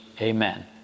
amen